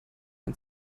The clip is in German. ein